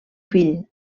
fill